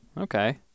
Okay